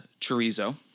chorizo